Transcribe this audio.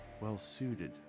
well-suited